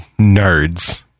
nerds